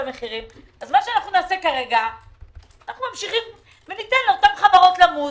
המחירים אנו ניתן לאותן לחברות למות.